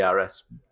DRS